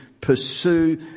pursue